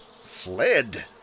Sled